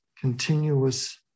continuous